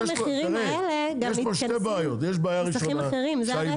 יש לו --- אבל גם המחירים האלה גם מתכנסים עם מוסכים אחרים.